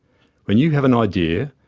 when you have an idea,